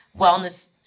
wellness